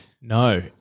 No